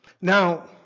Now